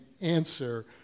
answer